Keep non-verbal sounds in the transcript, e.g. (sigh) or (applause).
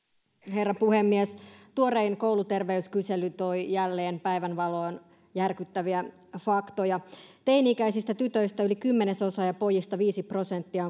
herra puhemies tuorein kouluterveyskysely toi jälleen päivänvaloon järkyttäviä faktoja teini ikäisistä tytöistä yli kymmenesosa ja pojista viisi prosenttia (unintelligible)